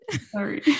Sorry